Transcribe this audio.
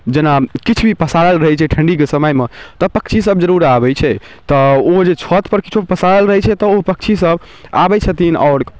जेना किछु भी पसारल रहै छै ठण्डीके समयमे तऽ पक्षीसब जरूर आबै छै तऽ ओ जे छतपर किछु पसारल रहै छै तऽ ओ पक्षीसब आबै छथिन आओर